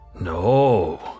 No